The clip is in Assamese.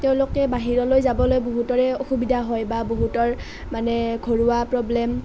তেওঁলোকে বাহিৰলৈ যাবলৈ বহুতৰে অসুবিধা হয় বা বহুতৰ মানে ঘৰুৱা প্ৰব্লেম